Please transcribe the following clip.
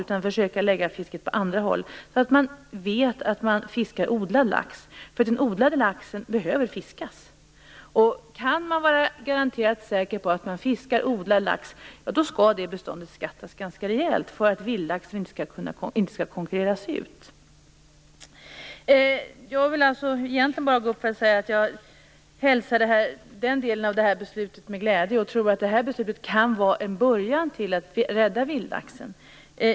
Man bör försöka lägga fisket på andra håll, så att man vet att det är odlad lax som fiskas. Den odlade laxen behöver fiskas. Är man garanterat säker på att det är odlad lax som fiskas skall beståndet beskattas ganska rejält, så att vildlaxen inte konkurreras ut. Jag vill egentligen bara säga att jag hälsar den delen av beslutet med glädje. Jag tror att det kan vara en början till att vi räddar vildlaxen.